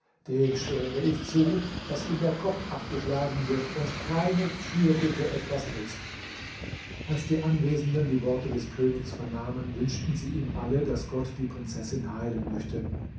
dem schwöre ich zu daß ihm der kopf abgeschlagen wird und keine fürbitte was nützt als die anwesenden die worte des königs vernahmen wünschten sie ihm alle daß gott die prinzessin heilen möchte